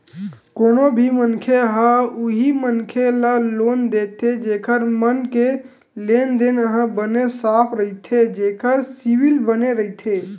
कोनो भी मनखे ह उही मनखे ल लोन देथे जेखर मन के लेन देन ह बने साफ रहिथे जेखर सिविल बने रहिथे